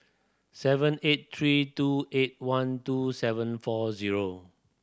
seven eight three two eight one two seven four zero